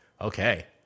Okay